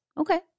Okay